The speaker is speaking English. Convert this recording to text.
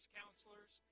counselors